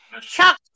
Chuck